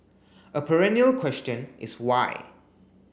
a perennial question is why